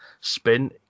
spin